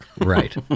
Right